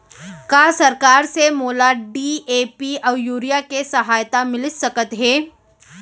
का सरकार से मोला डी.ए.पी अऊ यूरिया के सहायता मिलिस सकत हे?